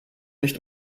nicht